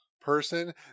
person